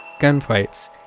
gunfights